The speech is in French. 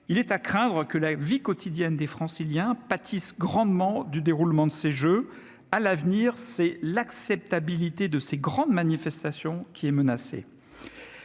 Il est à craindre que la vie quotidienne des Franciliens ne pâtisse grandement du déroulement de ces jeux. À l'avenir, c'est l'acceptabilité de ces grandes manifestations qui est menacée.